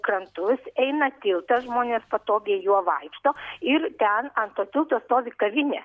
krantus eina tiltą žmonės patogiai juo vaikšto ir ten ant to tilto stovi kavinė